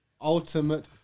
Ultimate